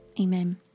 Amen